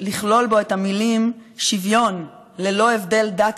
לכלול בו את המילים "שוויון ללא הבדל דת,